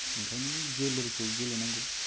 ओंखायनो जोलुरखौ गेलेनांगौ